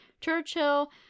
Churchill